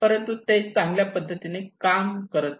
परंतु ते चांगल्या पद्धतीने काम करत नाही